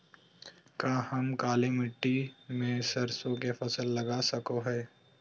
का हम काली मिट्टी में सरसों के फसल लगा सको हीयय?